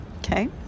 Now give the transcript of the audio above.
Okay